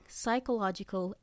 psychological